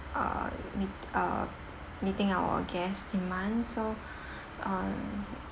uh meet uh meeting our guest's demand so uh